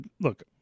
Look